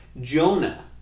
Jonah